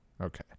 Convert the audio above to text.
Okay